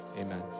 amen